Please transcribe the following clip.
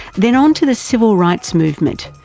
then onto the civil rights movement,